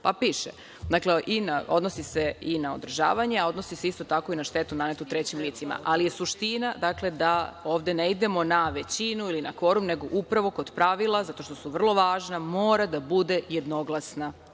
članu 11. Dakle, odnosi se i na održavanje, a odnosi se isto tako i na štetu nanetu trećim licima, ali je suština da ovde ne idemo na većinu ili na kvorum, nego upravo kod pravila, zato što su vrlo važna, mora da bude jednoglasna